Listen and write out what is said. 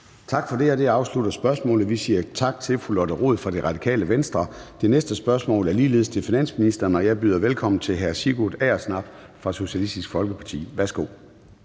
Tak for det. Det afslutter spørgsmålet, og vi siger tak til fru Lotte Rod fra Radikale Venstre. Det næste spørgsmål er ligeledes til finansministeren, og jeg byder velkommen til hr. Sigurd Agersnap fra Socialistisk Folkeparti. Kl.